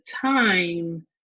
time